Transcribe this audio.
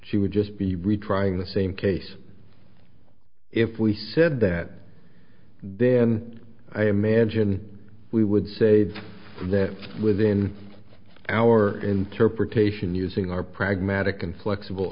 she would just be retrying the same case if we said that then i imagine we would say that within our interpretation using our pragmatic and flexible